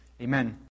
Amen